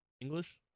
English